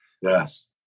Yes